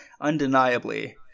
undeniably